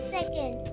Second